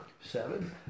Seven